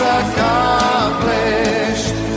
accomplished